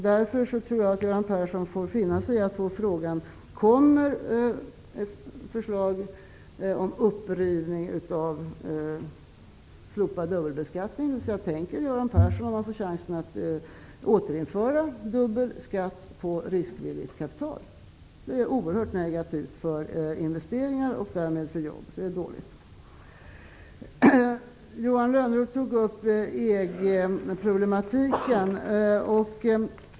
Därför tror jag att Göran Persson får finna sig i att jag frågar: Kommer förslag om ett upprivande av beslutet om den slopade dubbelbeskattningen? Tänker alltså Göran Persson, om han får chansen, återinföra dubbel skatt på riskvilligt kapital? Det vore oerhört negativt för investeringarna och därmed för jobben, så det är dåligt. Johan Lönnroth tog upp EG-problematiken.